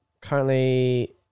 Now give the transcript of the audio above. Currently